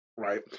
Right